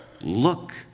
look